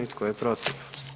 I tko je protiv?